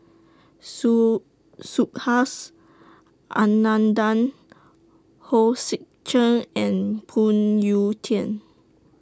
Su Subhas Anandan Hong Sek Chern and Phoon Yew Tien